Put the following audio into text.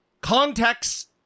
Context